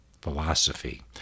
philosophy